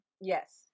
Yes